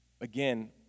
Again